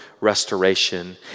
restoration